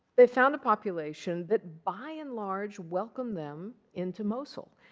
they found a population that, by and large, welcomed them into mosul.